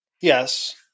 Yes